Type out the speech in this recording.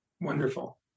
Wonderful